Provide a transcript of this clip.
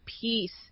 peace